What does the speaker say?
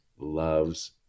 loves